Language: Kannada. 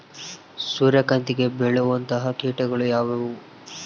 ಸೂರ್ಯಕಾಂತಿಗೆ ಬೇಳುವಂತಹ ಕೇಟಗಳು ಯಾವ್ಯಾವು?